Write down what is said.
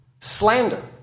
slander